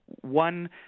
One